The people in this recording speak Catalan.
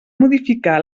modificar